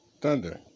Thunder